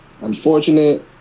unfortunate